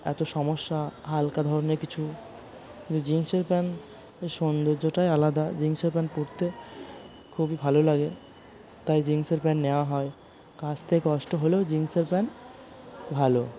এতো সমস্যা হালকা ধরণের কিছু জিন্সের প্যান্ট সৌন্দর্যটাই আলাদা জিন্সের প্যান্ট পরতে খুবই ভালো লাগে তাই জিন্সের প্যান্ট নেওয়া হয় কাচতে কষ্ট হলেও জিন্সের প্যান্ট ভালো